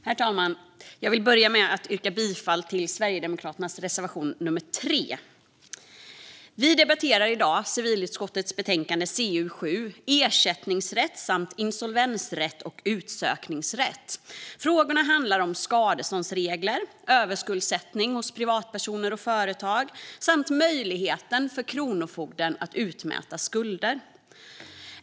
Herr talman! Jag vill börja med att yrka bifall till Sverigedemokraternas reservation nummer 3. Vi debatterar i dag civilutskottets betänkande CU7 Ersättningsrätt samt insolvens och utsökningsrätt . Frågorna handlar om skadeståndsregler, överskuldsättning hos privatpersoner och företag samt möjligheten för Kronofogden att utmäta skulder.